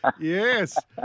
Yes